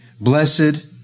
Blessed